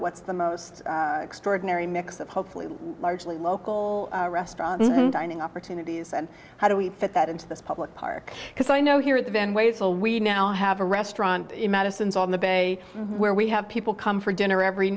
what's the most extraordinary mix of hopefully largely local restaurant dining opportunities and how do we fit that into this public park because i know here at the van ways well we now have a restaurant in madison's on the bay where we have people come for dinner every